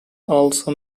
also